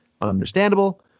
Understandable